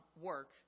work